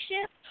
shift